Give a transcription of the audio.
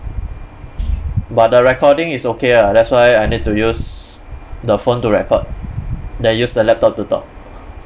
but the recording is okay ah that's why I need to use the phone to record then use the laptop to talk